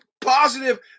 positive